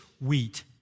wheat